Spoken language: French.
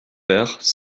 père